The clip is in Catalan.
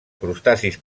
crustacis